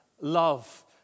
love